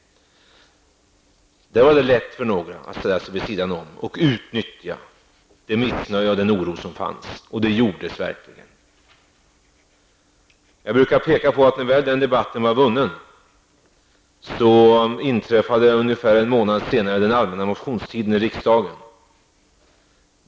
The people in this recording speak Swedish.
Då var det lätt för några att ställa sig vid sidan av och utnyttja det missnöje och den oro som fanns, och det gjorde man verkligen! Jag brukar peka på att när den debatten väl var vunnen, så inträffade ungefär en månad senare den allmänna motionstiden i rikdagen.